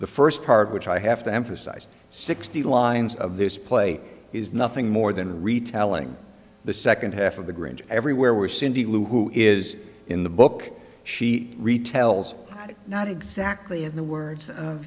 the first part which i have to emphasize sixty lines of this play is nothing more than retelling the second half of the grinch everywhere with cindy lou who is in the book she retells not exactly in the word